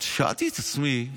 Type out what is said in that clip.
שאלתי את עצמי,